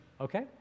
okay